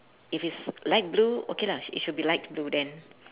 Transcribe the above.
if it's light blue okay lah it should be light blue then